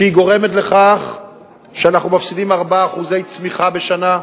שהיא גורמת לכך שאנחנו מפסידים 4% צמיחה בשנה,